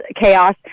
chaos